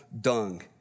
dung